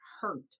hurt